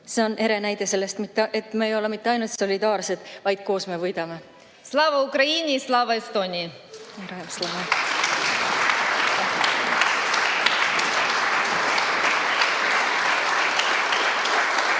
See on ere näide sellest, et me ei ole mitte ainult solidaarsed, vaid koos me ka võidame. Slava Ukraini! Slava